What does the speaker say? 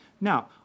Now